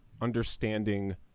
understanding –